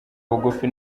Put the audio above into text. ubugufi